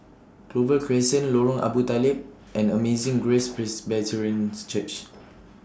Clover Crescent Lorong Abu Talib and Amazing Grace Presbyterian Church